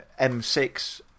M6